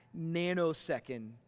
nanosecond